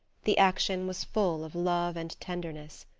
the action was full of love and tenderness.